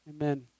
Amen